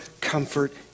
comfort